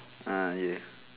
uh ya